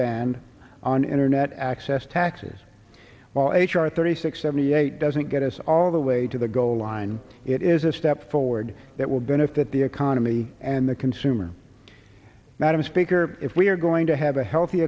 ban on internet access taxes while h r thirty six seventy eight doesn't get us all the way to the goal line it is a step forward that will benefit the economy and the consumer madam speaker if we're going to have a healthy